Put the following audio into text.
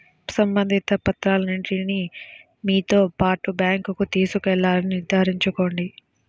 సంబంధిత పత్రాలన్నింటిని మీతో పాటు బ్యాంకుకు తీసుకెళ్లాలని నిర్ధారించుకోండి